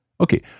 Okay